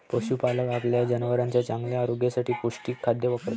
पशुपालक आपल्या जनावरांच्या चांगल्या आरोग्यासाठी पौष्टिक खाद्य वापरतात